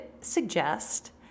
suggest